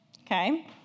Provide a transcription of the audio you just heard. Okay